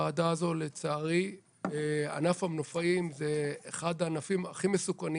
לצערי ענף המנופאים הוא אחד הענפים המסוכנים